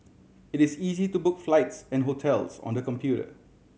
it is easy to book flights and hotels on the computer